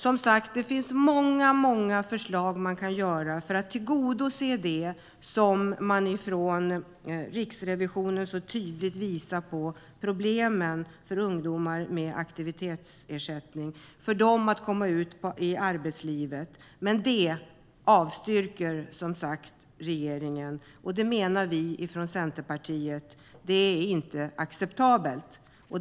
Som sagt finns det mycket man kan göra för att tillgodose det som Riksrevisionen så tydligt visar på när det gäller problemen för ungdomar med aktivitetsersättning att komma ut i arbetslivet. Men de förslagen avstyrker som sagt regeringen, och det menar vi från Centerpartiet inte är acceptabelt.